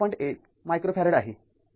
१ microfarad आहे